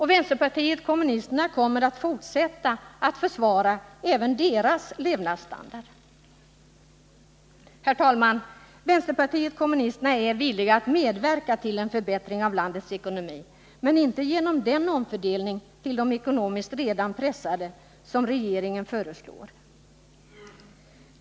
Vänsterpartiet kommunisterna kommer att fortsätta att försvara även deras levnadsstandard. Herr talman! Vi inom vänsterpartiet kommunisterna är villiga att medverka till en förbättring av landets ekonomi, men inte genom den omfördelning till nackdel för de ekonomiskt redan pressade som regeringen föreslår.